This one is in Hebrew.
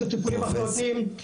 איזה טיפולים אנחנו נותנים,